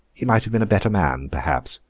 he might have been a better man perhaps,